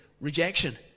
rejection